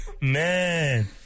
Man